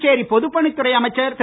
புதுச்சேரி பொதுப்பணித் துறை அமைச்சர் திரு